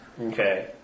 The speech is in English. Okay